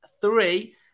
three